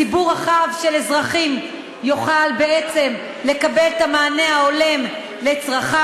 ציבור רחב של אזרחים יוכל בעצם לקבל את המענה ההולם לצרכיו.